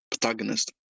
protagonist